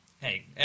hey